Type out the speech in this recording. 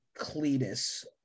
Cletus